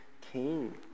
king